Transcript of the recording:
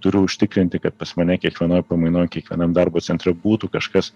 turi užtikrinti kad pas mane kiekvienoj pamainoj kiekvienam darbo centre būtų kažkas